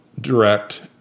direct